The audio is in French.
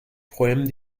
problème